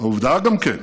גם כן,